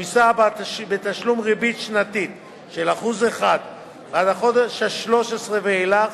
הוא יישא בתשלום ריבית שנתית של 1% בעד החודש ה-13 ואילך,